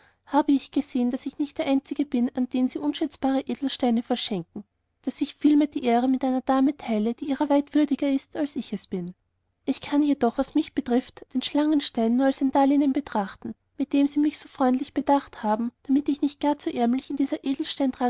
habe ich gesehen daß ich nicht der einzige bin an den sie unschätzbare edelsteine verschenken daß ich vielmehr die ehre mit einer dame teile die ihrer weit würdiger ist als ich es bin ich kann jedoch was mich betrifft den schlangenstein nur als ein darlehen betrachten mit dem sie mich so freundlich bedacht haben damit ich nicht gar zu ärmlich in dieser